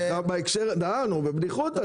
בבדיחותה.